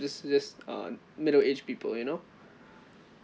just just uh middle age people you know